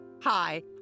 Hi